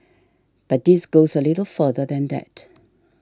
but this goes a little further than that